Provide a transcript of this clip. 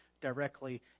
directly